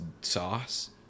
sauce